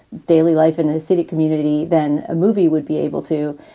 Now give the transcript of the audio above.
daily life in hasidic community than a movie would be able to.